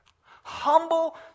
Humble